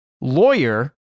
lawyer